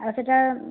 ଆ ସେଇଟା ଆଉ